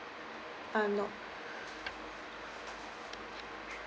uh nope